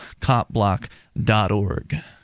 CopBlock.org